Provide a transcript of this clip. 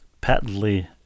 patently